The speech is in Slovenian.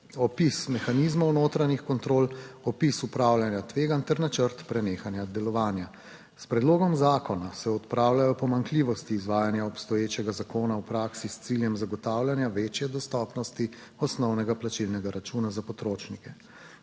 opis mehanizmov notranjih kontrol, opis upravljanja tveganj ter načrt prenehanja delovanja. S predlogom zakona se odpravljajo pomanjkljivosti izvajanja obstoječega zakona v praksi s ciljem zagotavljanja večje dostopnosti osnovnega plačilnega računa za potrošnike.